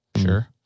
sure